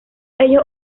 ellos